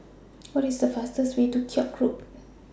What IS The fastest Way to Koek Road